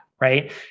right